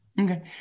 Okay